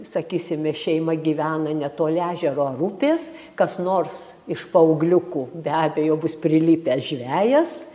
sakysime šeima gyvena netoli ežero ar upės kas nors iš paaugliukų be abejo bus prilipęs žvejas